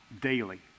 daily